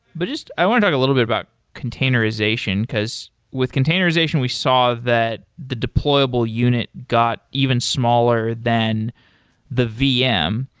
but i want to talk a little bit about containerization, because with containerization we saw that the deployable unit got even smaller than the vm.